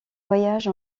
voyage